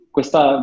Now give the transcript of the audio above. Questa